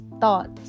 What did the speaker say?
thoughts